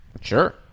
Sure